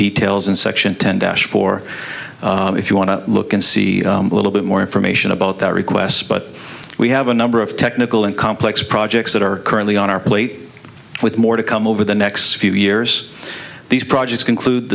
details in section tend for if you want to look and see a little bit more information about that request but we have a number of technical and complex projects that are currently on our plate with more to come over the next few years these projects include